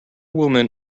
woman